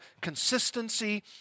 consistency